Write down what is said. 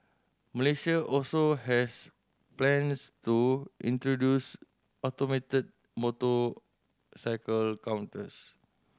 Malaysia also has plans to introduce automated motorcycle counters